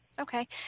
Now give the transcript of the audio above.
Okay